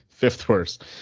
fifth-worst